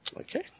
Okay